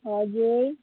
हजुर